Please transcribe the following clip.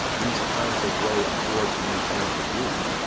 these times of woe afford no tune to woo.